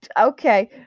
okay